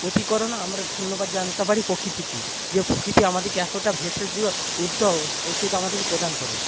প্রতিকরণও আমরা ধন্যবাদ জানাতে পারি প্রকৃতিকে যে প্রকৃতি আমাদেরকে এতটা ভেষজ ওষুধ আমাদেরকে প্রদান করে